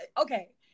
okay